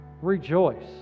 Rejoice